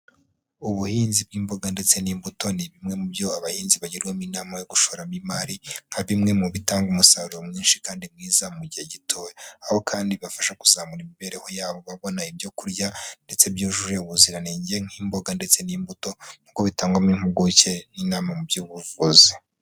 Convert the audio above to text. Ubuhinzi bw'imboga ndetse n'imbuto ni bimwe mu byo abahinzi bagirwamo inama yo gushoramo imari, nka bimwe mu bitanga umusaruro mwinshi kandi mwiza mu gihe gitoya, aho kandi bibafasha kuzamura imibereho yabo babona ibyo kurya ndetse byujuje ubuziranenge, nk'imboga ndetse n'imbuto, kuko bitangwamo impuguke n'inama mu by'ubuvuzi.